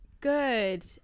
good